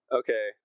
okay